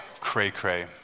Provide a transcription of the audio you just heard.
Cray-cray